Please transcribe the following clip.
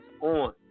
on